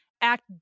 act